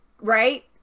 right